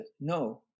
No